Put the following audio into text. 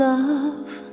Love